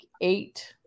eight